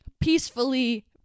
peacefully